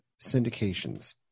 syndications